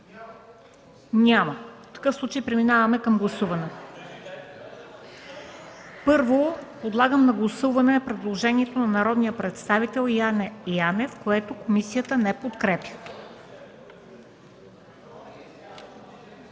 Няма. Преминаваме към гласуване. Първо подлагам на гласуване предложението на народния представител Яне Янев, което комисията не подкрепя.